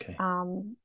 Okay